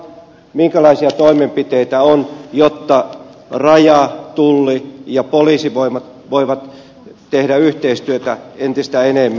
minkälaisia toimenpiteitä on jotta raja tulli ja poliisi voivat tehdä yhteistyötä entistä enemmän